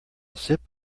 sip